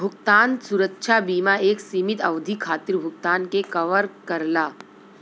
भुगतान सुरक्षा बीमा एक सीमित अवधि खातिर भुगतान के कवर करला